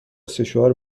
سشوار